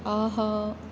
ஆஹா